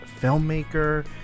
filmmaker